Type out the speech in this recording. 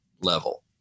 level